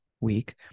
week